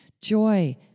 joy